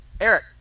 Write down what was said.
Eric